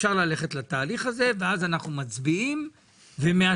אפשר ללכת לתהליך הזה ואז אנחנו מצביעים ומאשרים